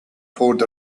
poured